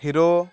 hero